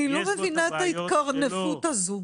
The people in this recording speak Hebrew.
אני לא מבינה את ההתקרנפות הזו.